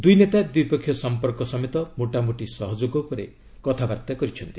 ଦୁଇ ନେତା ଦ୍ୱିପକ୍ଷୀୟ ସମ୍ପର୍କ ସମେତ ମୋଟାମୋଟି ସହଯୋଗ ଉପରେ କଥାବାର୍ତ୍ତା କରିଛନ୍ତି